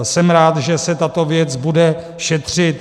Jsem rád, že se tato věc bude šetřit.